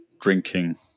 drinking